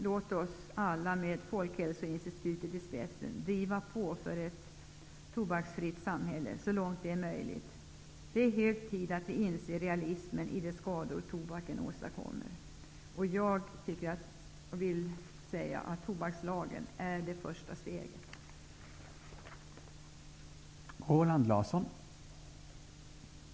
Låt oss alla med Folkhälsoinstitutet i spetsen driva på, så att vi får ett tobaksfritt samhälle så långt detta är möjligt! Det är hög tid att vi inser realismen när det gäller de skador som tobaken åstadkommer. Den föreslagna tobakslagen är det första steget här.